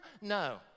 No